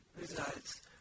results